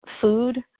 food